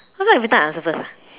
how come every time I answer first ah